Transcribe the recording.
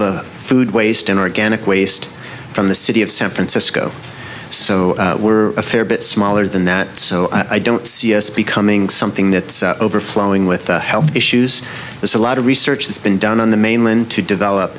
the food waste in organic waste from the city of san francisco so we're a fair bit smaller than that so i don't see us becoming something that overflowing with health issues there's a lot of research that's been done on the mainland to develop